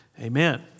Amen